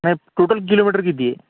नाही total kilometre किती आहे